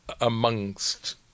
amongst